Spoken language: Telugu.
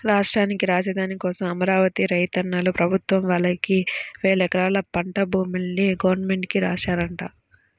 రాష్ట్రానికి రాజధాని కోసం అమరావతి రైతన్నలు ప్రభుత్వం వాళ్ళకి వేలెకరాల పంట భూముల్ని గవర్నమెంట్ కి రాశారంట